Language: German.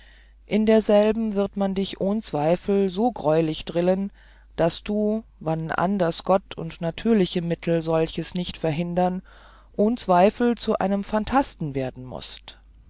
in derselben wird man dich ohn zweifel so greulich drillen daß du wann anders gott und natürliche mittel solches nicht verhindern ohn zweifel zu einem phantasten werden mußt